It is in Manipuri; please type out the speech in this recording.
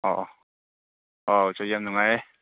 ꯑꯣ ꯑꯣ ꯑꯣ ꯌꯥꯝ ꯅꯨꯡꯉꯥꯏꯔꯦ